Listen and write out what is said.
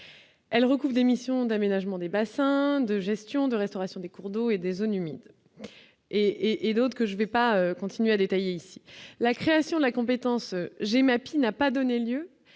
elle recoupe des missions d'aménagement des bassins de gestion de restauration des cours d'eau et des zones humides et et d'autres que je vais pas continuer à détailler ici la création de la compétence Jemmapes, il n'a pas donné lieu